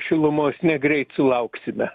šilumos negreit sulauksime